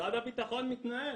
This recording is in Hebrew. ומשרד הביטחון מתנער.